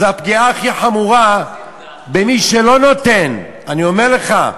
זו הפגיעה הכי חמורה במי שלא נותן, אני אומר לך,